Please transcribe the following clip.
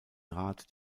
rat